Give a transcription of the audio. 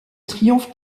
triomphe